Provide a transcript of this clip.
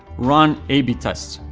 run a b tests.